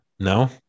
No